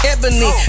Ebony